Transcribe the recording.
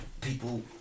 people